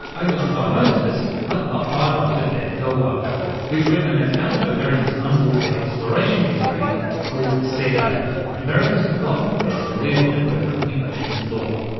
overlooked by most of us, but not by writer ben hellwarth who's written an account of america's underwater exploration history called sealab america's forgotten quest to live and work on the ocean floor.